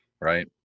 Right